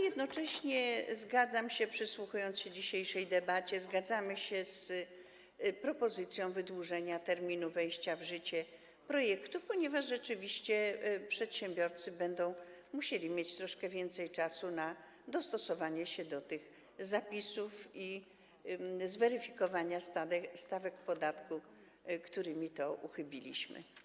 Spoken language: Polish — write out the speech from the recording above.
Jednocześnie, przysłuchując się dzisiejszej debacie, zgadzamy się z propozycją wydłużenia terminu wejścia w życie projektu, ponieważ rzeczywiście przedsiębiorcy będą musieli mieć troszkę więcej czasu na dostosowanie się do tych zapisów, do zweryfikowanych stawek podatku, którym to uchybiliśmy.